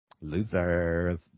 Losers